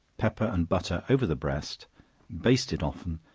pepper and butter over the breast baste it often,